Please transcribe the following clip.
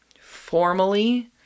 formally